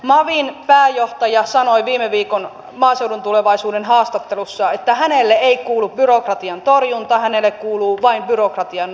mavin pääjohtaja sanoi viime viikon maaseudun tulevaisuuden haastattelussa että hänelle ei kuulu byrokratian torjunta hänelle kuuluu vain byrokratian noudattaminen